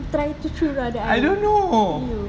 try to threw all the air to you